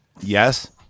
Yes